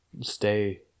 stay